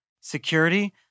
security